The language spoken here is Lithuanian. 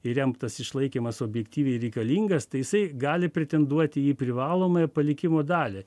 ir jam tas išlaikymas objektyviai reikalingas tai jisai gali pretenduoti į privalomąją palikimo dalį